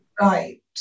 Right